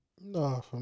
No